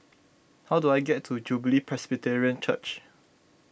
how do I get to Jubilee Presbyterian Church